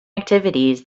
activities